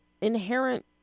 inherent